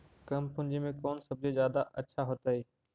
कम पूंजी में कौन सब्ज़ी जादा अच्छा होतई?